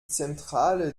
zentrale